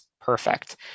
perfect